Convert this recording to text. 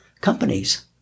companies